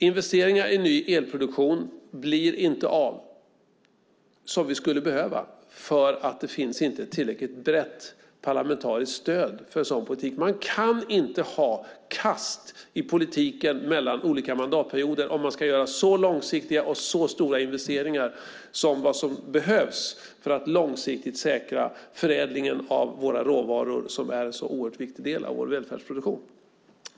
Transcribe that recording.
Investeringar i ny elproduktion blir inte av, som vi skulle behöva, för att det inte finns tillräckligt brett parlamentariskt stöd för en sådan politik. Man kan inte ha kast i politiken mellan olika mandatperioder om man ska göra så långsiktiga och så stora investeringar som behövs för att långsiktigt säkra förädlingen av våra råvaror, som är en oerhört viktig del av vår välfärdsproduktion.